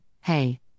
hey